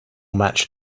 match